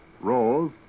rose